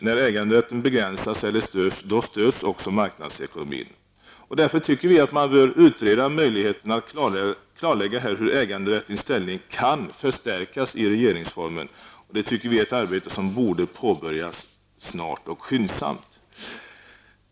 När äganderätten begränsas eller störs, störs också marknadsekonomin. Därför tycker vi att man bör utreda frågan hur äganderätten kan förstärkas i regeringsformen. Detta är ett arbete som vi anser bör påbörjas snart och bedrivas skyndsamt.